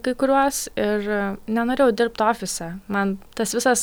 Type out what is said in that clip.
kai kuriuos ir nenorėjau dirbti ofise man tas visas